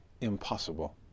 impossible